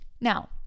Now